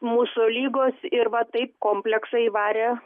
mūsų ligos ir va taip kompleksą įvarė